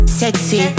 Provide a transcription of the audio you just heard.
sexy